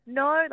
no